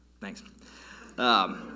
Thanks